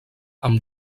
amb